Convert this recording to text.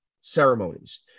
ceremonies